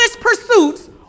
pursuits